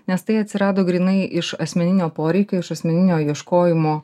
nes tai atsirado grynai iš asmeninio poreikio iš asmeninio ieškojimo